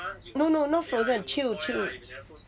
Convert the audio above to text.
no no not frozen chill chill